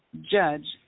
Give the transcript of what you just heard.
judge